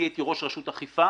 אני הייתי ראש רשות אכיפה,